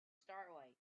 starlight